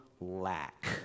lack